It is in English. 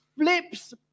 flips